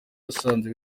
yasanze